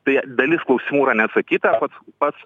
tai dalis klausimų yra neatsakyta pats pats